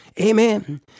Amen